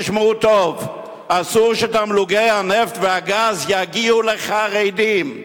תשמעו טוב: אסור שתמלוגי הנפט והגז יגיעו לחרדים,